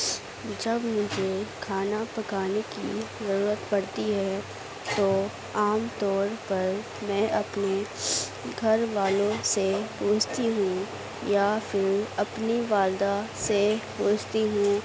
جب مجھے کھانا پکانے کی ضرورت پڑتی ہے تو عام طور پر میں اپنے گھر والوں سے پوچھتی ہوں یا پھر اپنی والدہ سے پـوچھتی ہوں